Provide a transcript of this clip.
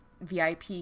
VIP